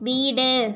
வீடு